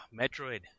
Metroid